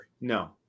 No